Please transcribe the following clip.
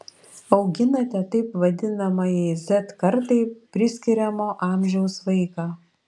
auginate taip vadinamajai z kartai priskiriamo amžiaus vaiką